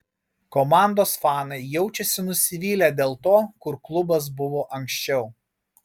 komandos fanai jaučiasi nusivylę dėl to kur klubas buvo anksčiau